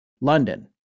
London